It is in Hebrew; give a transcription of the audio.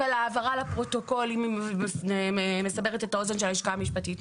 אבל אם ההבהרה לפרוטוקול מסברת את האוזן של הלשכה המשפטית,